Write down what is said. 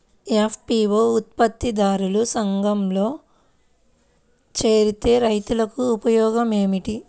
FPO ఉత్పత్తి దారుల సంఘములో చేరితే రైతులకు ఉపయోగము ఏమిటి?